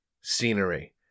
scenery